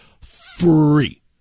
Free